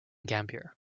gambier